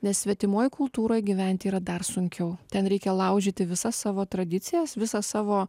nes svetimoj kultūroj gyventi yra dar sunkiau ten reikia laužyti visas savo tradicijas visą savo